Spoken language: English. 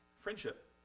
Friendship